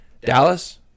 Dallas